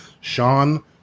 Sean